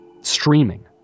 streaming